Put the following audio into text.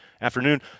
afternoon